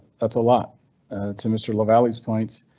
that's a lot to mr low valleys point.